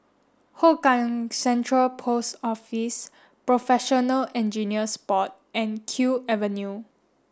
Hougang Central Post Office Professional Engineers Board and Kew Avenue